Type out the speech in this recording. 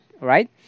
right